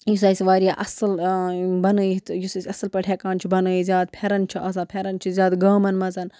یُس اَسہِ وارِیاہ اَصٕل بَنٲیِتھ یُس أسۍ اَصٕل پٲٹھۍ ہٮ۪کان چھِ بَنٲیِتھ زیادٕ پھٮ۪رَن چھُ آسان پھٮ۪رَن چھُ زیادٕ گامَن منٛز